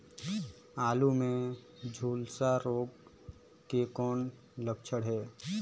आलू मे झुलसा रोग के कौन लक्षण हे?